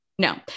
No